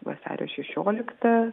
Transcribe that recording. vasario šešioliktą